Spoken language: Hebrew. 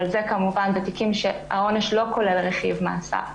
אבל זה כמובן בתיקים שהעונש לא כולל רכיב מאסר.